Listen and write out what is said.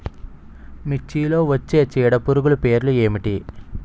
మిర్చిలో వచ్చే చీడపురుగులు పేర్లు ఏమిటి?